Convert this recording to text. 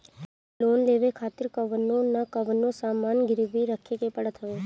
loan लेवे खातिर कवनो न कवनो सामान गिरवी रखे के पड़त हवे